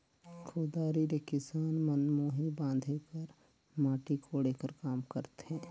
कुदारी ले किसान मन मुही बांधे कर, माटी कोड़े कर काम करथे